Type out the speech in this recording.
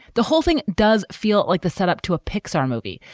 the whole thing does feel like the setup to a pixar movie,